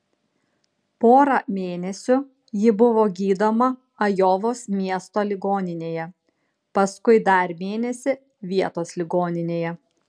porą mėnesių ji buvo gydoma ajovos miesto ligoninėje paskui dar mėnesį vietos ligoninėje